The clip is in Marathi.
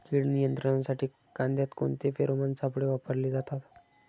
कीड नियंत्रणासाठी कांद्यात कोणते फेरोमोन सापळे वापरले जातात?